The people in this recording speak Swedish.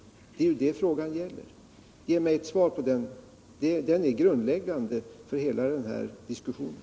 Det är det frågan gäller. Ge mig ett svar på den frågan, som är grundläggande för hela den här diskussionen.